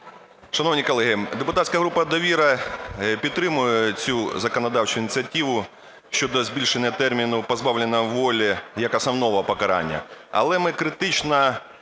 Шановні колеги, депутатська група "Довіра" підтримує цю законодавчу ініціативу, щодо збільшення терміну позбавлення волі як основного покарання.